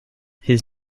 his